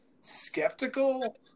Skeptical